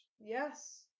Yes